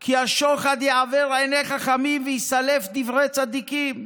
כי השוחד יעוור עיני חכמים ויסלף דברי צדיקים.